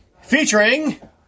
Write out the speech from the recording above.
featuring